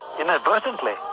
inadvertently